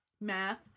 Math